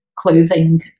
clothing